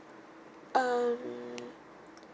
um